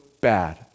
bad